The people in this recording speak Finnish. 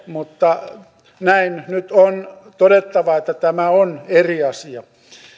mutta näin nyt on todettava että tämä on eri asia